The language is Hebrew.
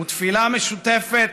הוא תפילה משותפת